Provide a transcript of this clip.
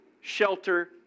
shelter